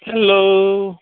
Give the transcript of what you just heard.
hello